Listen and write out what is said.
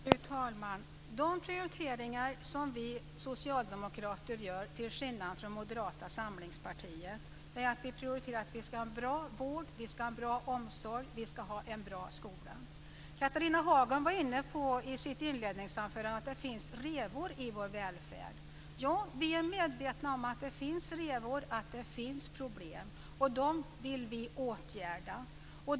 Fru talman! De prioriteringar som vi socialdemokrater gör, till skillnad från Moderata samlingspartiet, är att vi ska ha en bra vård, att vi ska ha en bra omsorg och att vi ska ha en bra skola. Catharina Hagen var i sitt inledningsanförande inne på att det finns revor i vår välfärd. Ja, vi är medvetna om att det finns revor och att det finns problem, och dem vill vi åtgärda.